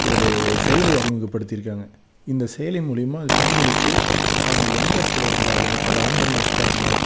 ஒரு செயலியை அறிமுகப்படுத்திருக்காங்க இந்த செயலி மூலியமாக அது பெண்களுக்கு அவங்க எந்த இடத்துல இருந்தாலும் அதை ஆன் பண்ணி வச்சுட்டாங்கன்னா